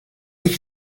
iki